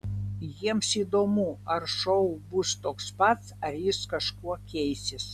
jiems įdomu ar šou bus toks pats ar jis kažkuo keisis